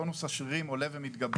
טונוס השרירים שלו עולה ומתגבר,